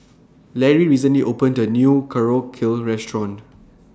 Larry recently opened A New Korokke Restaurant